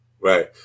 Right